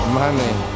money